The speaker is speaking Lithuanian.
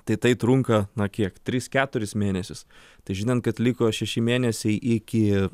tai tai trunka na kiek tris keturis mėnesis tai žinant kad liko šeši mėnesiai iki